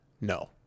No